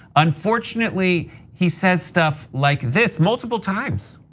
unfortunately, he says stuff like this multiple times.